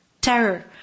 Terror